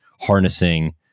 harnessing